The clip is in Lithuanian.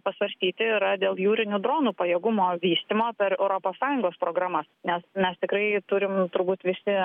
pasvarstyti yra dėl jūrinių dronų pajėgumo vystymo per europos sąjungos programas nes mes tikrai turim turbūt visi